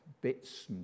bits